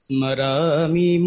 Smarami